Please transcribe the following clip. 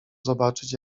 zobaczyć